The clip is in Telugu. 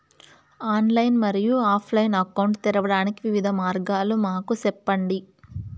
ఆన్లైన్ మరియు ఆఫ్ లైను అకౌంట్ తెరవడానికి వివిధ మార్గాలు మాకు సెప్పండి?